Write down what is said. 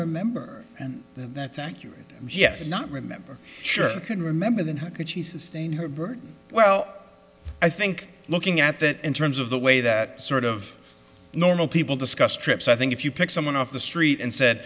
remember and that's accurate yes not remember sure couldn't remember then how could she sustain her burden well i think looking at that in terms of the way that sort of normal people discuss trips i think if you pick someone off the street and said